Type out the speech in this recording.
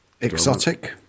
Exotic